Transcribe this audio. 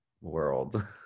world